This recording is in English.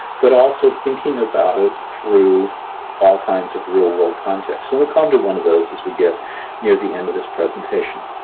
but also thinking about or through all kinds of real-world contexts we'll come to one of those as we get near the end of this presentation.